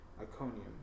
Iconium